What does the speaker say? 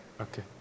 Okay